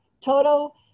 Toto